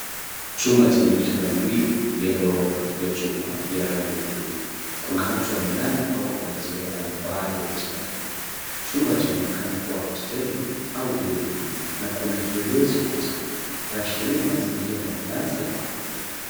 Chumba chenye vitanda viwili vya ghorofa vya chuma vya rangi ya buluu. Kuna watu wamelala au kupumzika kwenye baadhi ya vitanda hivyo. Chumba chaonekana kuwa hosteli au bweni, na kuna kiyoyozi ukutani. Yaashiria mazingira ya malazi ya pamoja.